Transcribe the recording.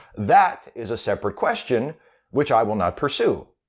that is a separate question which i will not pursue.